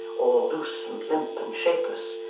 all loose and limp and shapeless,